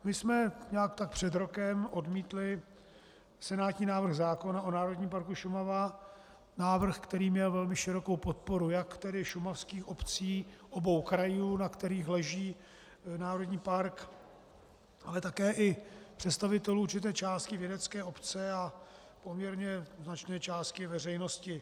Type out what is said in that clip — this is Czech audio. My jsme nějak tak před rokem odmítli senátní návrh zákona o Národním parku Šumava, návrh, který měl velmi širokou podporu jak šumavských obcí, obou krajů, na kterých leží národní park, ale také představitelů určité části vědecké obce a poměrně značné části veřejnosti.